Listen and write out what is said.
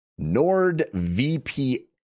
NordVPN